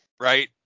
Right